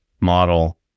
model